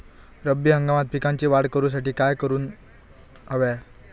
रब्बी हंगामात पिकांची वाढ करूसाठी काय करून हव्या?